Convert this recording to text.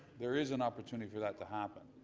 there is an opportunity for that to happen.